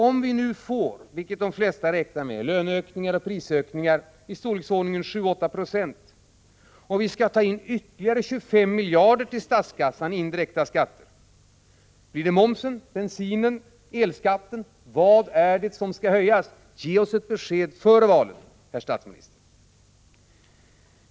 Om vi nu får, vilket de flesta räknar med, löneökningar och prisökningar i storleksordningen 7-8 26, om vi skall ta in ytterligare 25 miljarder till statskassan i indirekta skatter, blir det då momsen, bensinen eller elskatten som skall höjas? Vad skall höjas? Ge oss ett besked före valet, herr statsminister!